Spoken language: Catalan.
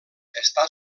està